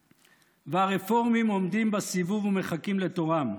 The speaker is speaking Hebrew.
והרפורמים עומדים בסיבוב ומחכים לתורם.